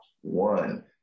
one